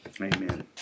Amen